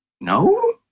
no